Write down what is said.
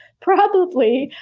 probably!